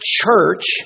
church